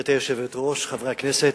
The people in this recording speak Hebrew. גברתי היושבת-ראש, חברי הכנסת,